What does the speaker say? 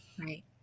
Right